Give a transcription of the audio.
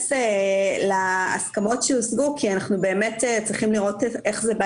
אתייחס להסכמות שהושגו כי אנחנו באמת צריכים לראות איך זה בא